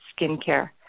skincare